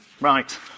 Right